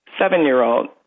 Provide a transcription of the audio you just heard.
seven-year-old